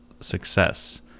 success